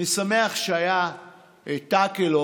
אני שמח שהיה תקל,